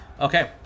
Okay